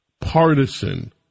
partisan